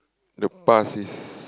the past is